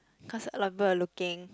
cause a lot of people were looking